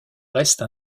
reste